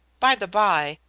by the bye,